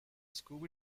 scooby